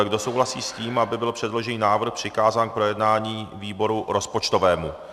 Kdo souhlasí s tím, aby byl předložený návrh přikázán k projednání výboru rozpočtovému?